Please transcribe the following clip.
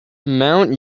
mount